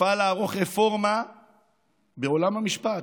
אפעל לערוך רפורמה בעולם המשפט,